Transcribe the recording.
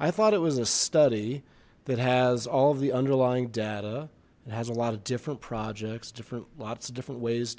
i thought it was a study that has all of the underlying data it has a lot of different projects different lots of different ways